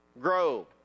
grow